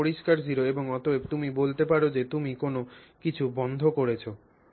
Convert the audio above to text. এটি একটি পরিষ্কার 0 এবং অতএব তুমি বলতে পার যে তুমি কোনও কিছু বন্ধ করেছ